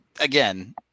Again